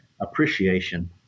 appreciation